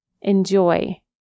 enjoy